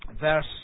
verse